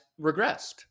regressed